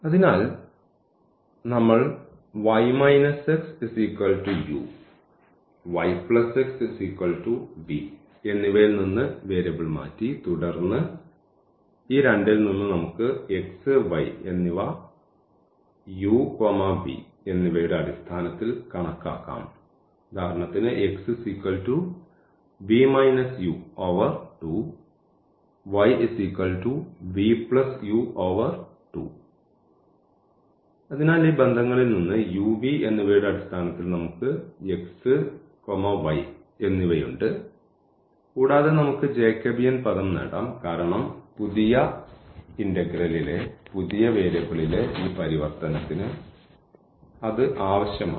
അതിനാൽ നമ്മൾ എന്നിവയിൽ നിന്ന് വേരിയബിൾ മാറ്റി തുടർന്ന് ഈ രണ്ടിൽ നിന്ന് നമുക്ക് x y എന്നിവ u v എന്നിവയുടെ അടിസ്ഥാനത്തിൽ കണക്കാക്കാം ഉദാഹരണത്തിന് അതിനാൽ ഈ ബന്ധങ്ങളിൽ നിന്ന് u v എന്നിവയുടെ അടിസ്ഥാനത്തിൽ നമുക്ക് x y എന്നിവയുണ്ട് കൂടാതെ നമുക്ക് ജേക്കബിയൻ പദം നേടാം കാരണം പുതിയ ഇന്റഗ്രലിലെ പുതിയ വേരിയബിളിലെ ഈ പരിവർത്തനത്തിന് അത് ആവശ്യമാണ്